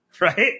Right